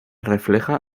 refleja